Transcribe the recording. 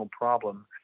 problem